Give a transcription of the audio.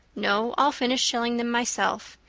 no, i'll finish shelling them myself.